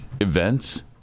events